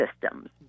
systems